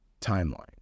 timeline